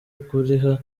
kuriha